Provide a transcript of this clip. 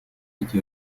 пяти